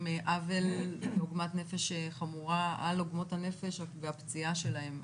עוול ועוגמת נפש חמורה על עוגמות הנפש והפציעה שלהם,